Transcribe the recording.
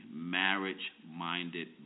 marriage-minded